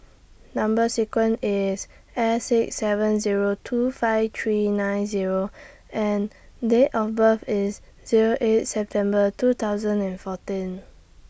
Number sequence IS S six seven Zero two five three nine Zero and Date of birth IS Zero eight September two thousand and fourteen